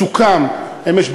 סוכם אמש,